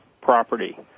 property